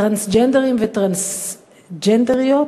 טרנסג'נדרים וטרנסג'נדריות,